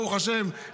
ברוך השם,